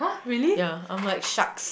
ya I'm like sharks